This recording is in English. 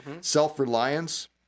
Self-reliance